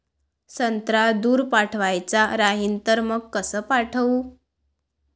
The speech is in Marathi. संत्रा दूर पाठवायचा राहिन तर मंग कस पाठवू?